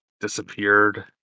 disappeared